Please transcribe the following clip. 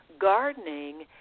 gardening